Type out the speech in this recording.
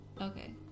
okay